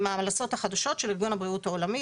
הם ההמלצות החדשות של ארגון הבריאות העולמי,